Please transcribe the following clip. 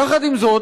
יחד עם זאת,